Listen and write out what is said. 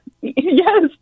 Yes